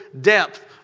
depth